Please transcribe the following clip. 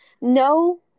no